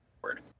forward